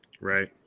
Right